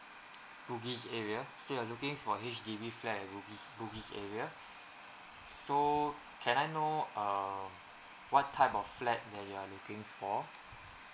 bugis area so you are looking for H_D_B flat at bugis bugis area so can I know err what type of flat that you are looking for